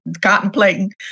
contemplating